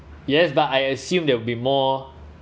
yes but I assume there will be more